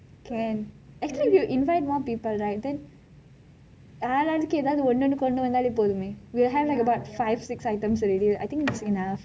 can actually you invite more people right ஆளாளுக்கு ஏதாவது ஒன்னு கொண்டு வந்தாலே போதும்:aalaalukku ethavathu onnu kondu vanthaalei pothum then will have like about five six items already I think that's enough